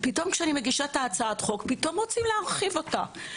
כשאני מגישה את הצעת החוק פתאום רוצים להרחיב אותה.